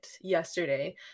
yesterday